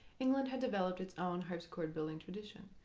england had developed its own harpsichord building tradition,